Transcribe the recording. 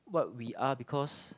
what we are because